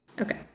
Okay